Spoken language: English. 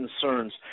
concerns